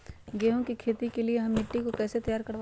गेंहू की खेती के लिए हम मिट्टी के कैसे तैयार करवाई?